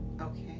Okay